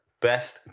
best